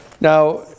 now